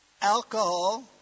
Alcohol